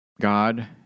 God